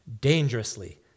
dangerously